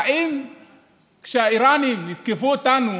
האם כשהאיראנים יתקפו אותנו